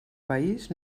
país